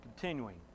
continuing